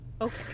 Okay